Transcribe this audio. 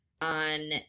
on